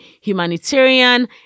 humanitarian